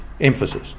emphasis